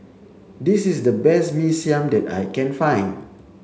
this is the best Mee Siam that I can find